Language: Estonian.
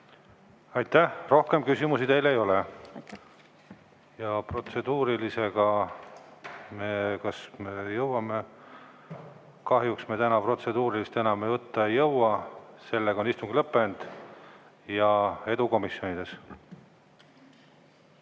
Aitäh! Rohkem küsimusi teile ei ole. Protseduurilisega kas me jõuame? Kahjuks me täna protseduurilist enam võtta ei jõua. Sellega on istung lõppenud. Edu komisjonides!